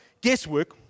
guesswork